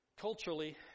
Culturally